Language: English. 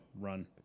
run